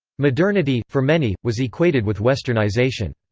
modernity, for many, was equated with westernisation.